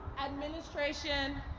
administration,